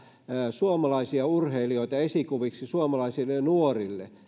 suomalaisia urheilijoita esikuviksi suomalaisille nuorille